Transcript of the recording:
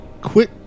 Quick